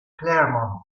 claremont